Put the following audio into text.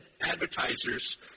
advertisers